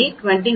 26 2